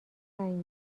زنگ